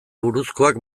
buruzkoak